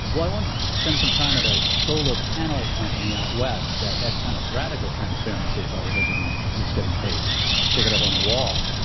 once spent some time at a solar panel company out west that had kind of radical transparency about what everyone was getting paid. they'd stick it up on the wall.